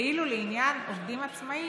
ואילו לעניין עובדים עצמאים,